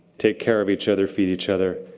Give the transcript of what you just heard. take care of each other, feed each other,